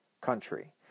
country